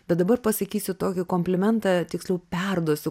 bet dabar pasakysiu tokį komplimentą tiksliau perduosiu